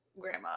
grandma